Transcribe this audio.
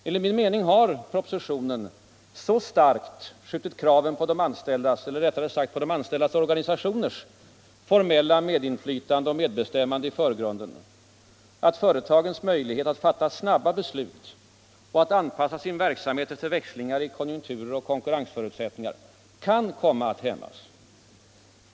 Enligt min mening har propositionen så starkt skjutit kraven på de anställdas — eller rättare sagt på de anställdas organisationers — formella medinflytande och medbestämmande i förgrunden att företagens möjligheter att fatta snabba beslut och att anpassa sin verksamhet efter växlingar i konjunkturer och konkurrensförutsättningar kan komma att hämmas.